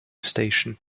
station